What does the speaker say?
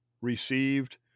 received